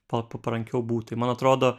pa parankiau būt tai man atrodo